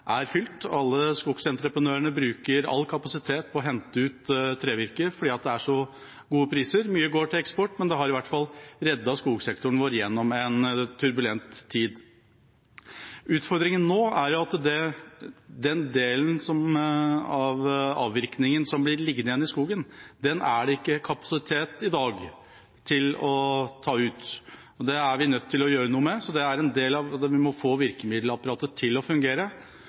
er fylt. Alle skogsentreprenørene bruker all kapasitet på å hente ut trevirke fordi det er så gode priser. Mye går til eksport, men det har i hvert fall reddet skogsektoren vår gjennom en turbulent tid. Utfordringen nå er at den delen av avvirkningen som blir liggende igjen i skogen, er det i dag ikke kapasitet til å ta ut. Det er vi nødt til å gjøre noe med. Vi må få virkemiddelapparatet til å fungere